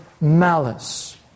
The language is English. malice